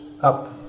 up